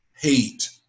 hate